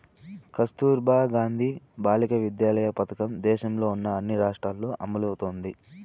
కస్తుర్బా గాంధీ బాలికా విద్యాలయ పథకం దేశంలో ఉన్న అన్ని రాష్ట్రాల్లో అమలవుతోంది